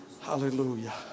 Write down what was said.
Hallelujah